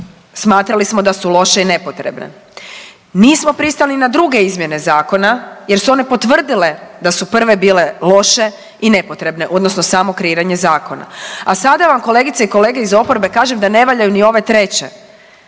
smatrali smo da su loše i nepotrebne. Nismo pristali ni na druge izmjene Zakona jer su one potvrdile da su prve bile loše i nepotrebne odnosno samo kreiranje zakona. A sada vam, kolegice i kolege iz oporbe kažem da ne valjaju ni ove treće